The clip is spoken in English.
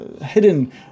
hidden